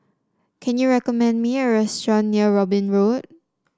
can you recommend me a restaurant near Robin Road